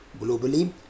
Globally